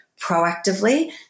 proactively